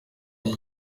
ryo